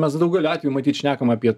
mes daugeliu atveju matyt šnekam apie